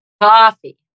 Coffee